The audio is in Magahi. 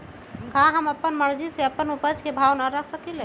का हम अपना मर्जी से अपना उपज के भाव न रख सकींले?